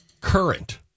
current